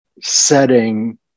setting